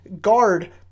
guard